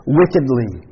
wickedly